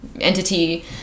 entity